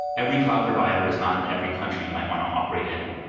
every cloud provider is not in every country you might want to operate in,